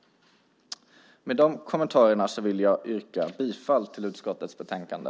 Med dessa kommentarer vill jag yrka bifall till förslagen i utskottets betänkande.